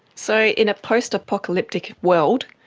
so in a post-apocalyptic world,